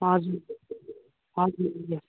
हजुर हजुर